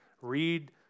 read